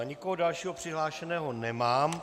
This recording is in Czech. Nikoho dalšího přihlášeného nemám.